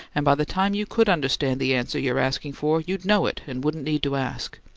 and by the time you could understand the answer you're asking for you'd know it, and wouldn't need to ask.